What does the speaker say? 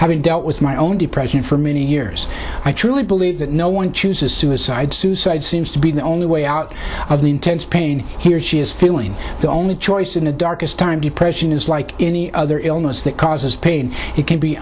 having dealt with my own depression for many years i truly believe that no one chooses suicide suicide seems to be the only way out of the intense pain he or she is feeling the only choice in the darkest time depression is like any other illness that causes pain it can be